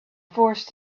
forced